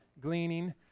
gleaning